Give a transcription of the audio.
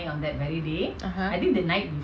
(uh huh)